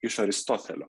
iš aristotelio